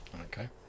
okay